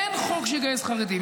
אין חוק שיגייס חרדים,